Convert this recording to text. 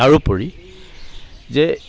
তাৰোপৰি যে